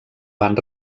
van